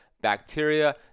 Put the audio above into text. bacteria